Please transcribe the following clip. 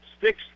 six